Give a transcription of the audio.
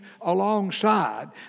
alongside